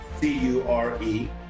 C-U-R-E